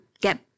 get